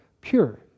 pure